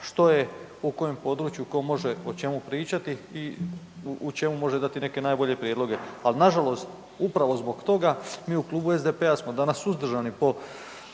što je po kojem području tko može o čemu pričati i u čemu može dati neke najbolje prijedloge. Ali na žalost upravo zbog toga mi u Klubu SDP-a smo danas suzdržani po